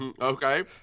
Okay